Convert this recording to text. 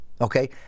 okay